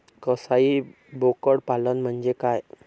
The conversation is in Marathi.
कसाई बोकड पालन म्हणजे काय?